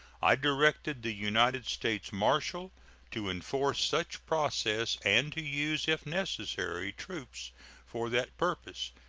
i directed the united states marshal to enforce such process and to use, if necessary, troops for that purpose,